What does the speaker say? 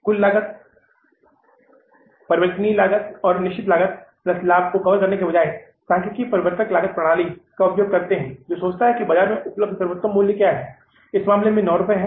कुल लागत परिवर्तनीय और निश्चित लागत प्लस लाभ को कवर करने के बजाए सांख्यिकीय परिवर्तक लागत प्रणाली का उपयोग करें जो सोचता है कि बाजार में उपलब्ध सर्वोत्तम मूल्य क्या है इस मामले में यह 9 रुपए है